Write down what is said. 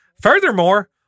Furthermore